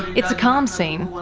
it's a calm scene,